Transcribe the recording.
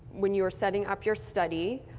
when you are setting up your study.